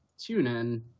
TuneIn